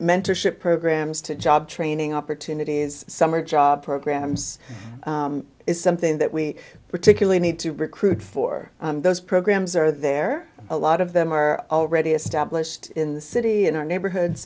mentorship programs to job training opportunities summer job programs is something that we particularly need to recruit for those programs are there a lot of them are already established in the city in our neighborhood